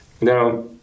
Now